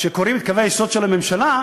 כשקוראים את קווי היסוד של הממשלה,